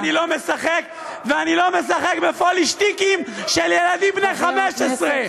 ואני לא משחק בפוילעשטיקים של ילדים בני 15,